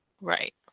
right